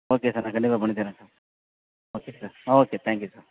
okay sir நான் கண்டிப்பாக பண்ணித் தரேன் ஓகே சார் ஆ ஓகே தேங்க் யூ சார்